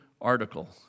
article